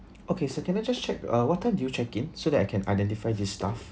okay sir can I just check uh what time do you check in so that I can identify this staff